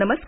नमस्कार